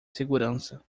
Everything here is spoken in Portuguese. segurança